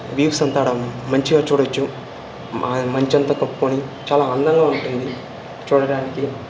views అంతా అక్కడ మంచిగా చూడొచ్చు ఆ మంచంతా కప్పుకొని చాలా అందంగా ఉంటుంది చూడడానికి